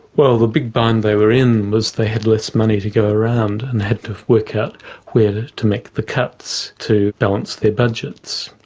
well the big bind they were in was they had less money to go around and they had to work out where to make the cuts to balance their budgets.